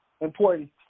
important